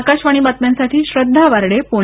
आकाशवाणी बातम्या साठी श्रद्धा वर्डे पुणे